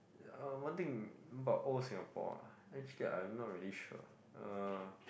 uh one thing about old Singapore ah actually I'm not really sure uh